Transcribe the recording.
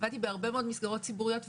עבדתי בהרבה מאוד מסגרות ציבוריות,